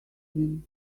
him